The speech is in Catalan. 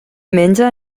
menja